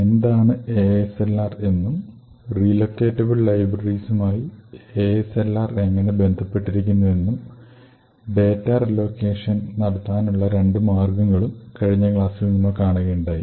എന്താണു ASLR എന്നും relocatable ലൈബ്രറീസുമായി ASLR എങ്ങിനെ ബന്ധപ്പെട്ടിരിക്കുന്നു എന്നും ഡാറ്റ റീലൊക്കേഷൻ നടത്താനുള്ള രണ്ടു മാർഗ്ഗങ്ങളും കഴിഞ്ഞ ക്ലാസ്സിൽ നമ്മൾ കാണുകയുണ്ടായി